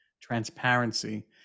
transparency